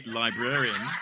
librarian